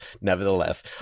nevertheless